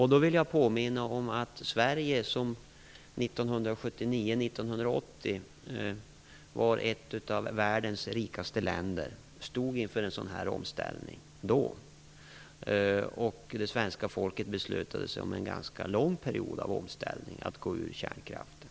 Jag vill påminna om att Sverige, som under åren 1979-1980 var ett av världens rikaste länder, då stod inför en sådan här omställning. Det svenska folket beslutade sig för en ganska lång period av omställning när man skulle gå ifrån kärnkraften.